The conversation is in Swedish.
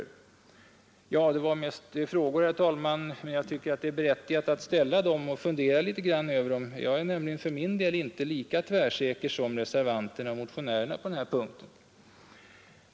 Ja, herr talman, det var mest frågor, men jag tycker det är berättigat att ställa dem och fundera över dem. Jag är nämligen för egen del inte lika tvärsäker som reservanter och motionärer på den här punkten.